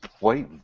wait